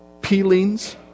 peelings